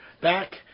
back